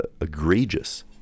egregious